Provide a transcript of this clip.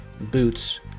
boots